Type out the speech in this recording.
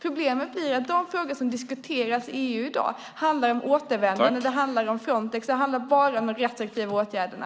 Problemet blir att de frågor som diskuteras i EU i dag handlar om återvändande, om Frontex, och det handlar bara om de restriktiva åtgärderna.